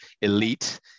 Elite